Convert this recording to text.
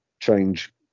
change